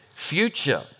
Future